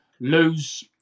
lose